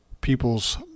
people's